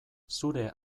zure